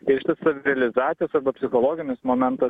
iš šis savirealizacijos arba psichologinis momentas